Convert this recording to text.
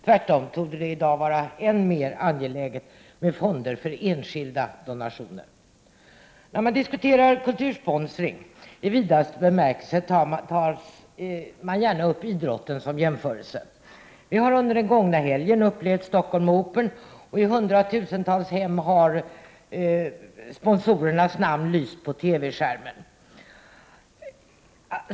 Tvärtom torde det i dag vara än mer angeläget med fonder för enskilda donationer. När man diskuterar kultursponsring i vidaste bemärkelse tar man gärna upp idrotten som jämförelse. Vi har under den gångna helgen upplevt Stockholm Open. I hundratusentals hem har sponsorernas namn lyst på TV-skärmen.